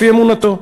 לפי אמונתו.